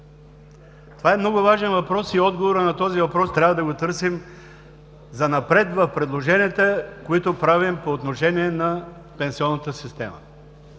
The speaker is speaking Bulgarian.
Това е много важен въпрос и отговорът на този въпрос трябва да търсим занапред в предложенията, които правим по отношение на пенсионната система.